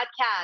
Podcast